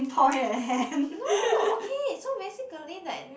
no okay so basically like we